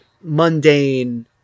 mundane